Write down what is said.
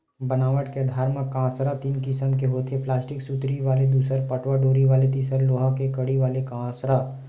बनावट के आधार म कांसरा तीन किसम के होथे प्लास्टिक सुतरी वाले दूसर पटवा डोरी वाले तिसर लोहा के कड़ी वाले कांसरा